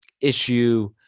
issue